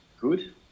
good